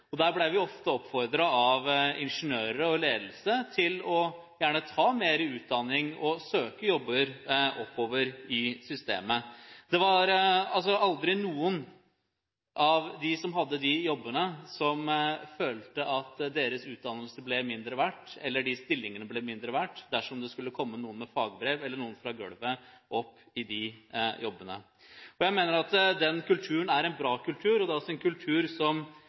Der ble vi ofte oppfordret av ingeniører og ledelse til å ta mer utdanning og søke jobber oppover i systemet. Ingen av dem som hadde disse jobbene, følte at deres utdannelse eller stilling ble mindre verdt selv om det skulle komme noen med fagbrev eller noen fra «gølvet» opp og inn i de jobbene. Jeg mener at denne kulturen er en bra kultur, og det er også en kultur som